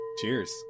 Cheers